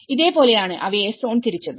ഇതേ പോലെ ആണ് അവയെ സോൺ തിരിച്ചത്